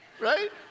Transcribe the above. right